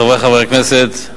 חברי חברי הכנסת,